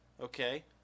okay